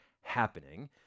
happening